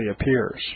appears